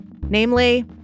Namely